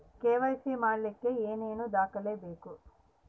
KYC ಮಾಡಲಿಕ್ಕೆ ಏನೇನು ದಾಖಲೆಬೇಕು?